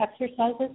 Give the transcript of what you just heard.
exercises